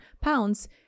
pounds